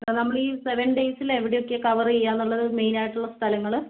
നമ്മൾ ഈ സെവൻ ഡേയ്സില് എവിടെയൊക്കെ കവർ ചെയ്യാനുള്ളത് മെയിനായിട്ടുള്ള സ്ഥലങ്ങള്